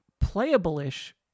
Playable-ish